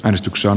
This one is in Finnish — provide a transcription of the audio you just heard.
äänestyksen